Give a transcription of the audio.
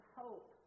hope